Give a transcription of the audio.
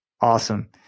Awesome